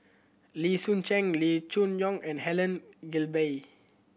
Lee Soon Cheng Lee Choon Yong and Helen Gilbey